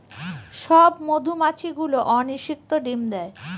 সব মধুমাছি গুলো অনিষিক্ত ডিম দেয়